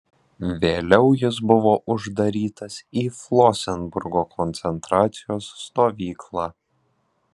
vėliau jis buvo uždarytas į flosenburgo koncentracijos stovyklą